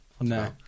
No